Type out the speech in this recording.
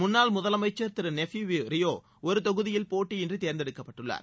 முன்னாள் முதலமைச்சர் திரு நெய்ஃபியூ ரியோ ஒரு தொகுதியில் போட்டியின்றி தேர்ந்தெடுக்கப்பட்டுள்ளார்